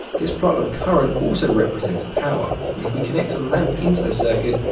this plot of current also represents power. and if we connect a lamp into the circuit,